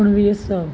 उणिवीह सौ